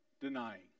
denying